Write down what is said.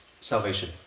salvation